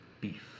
Beef